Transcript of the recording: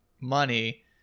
money